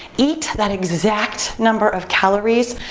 eat that exact number of calories,